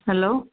hello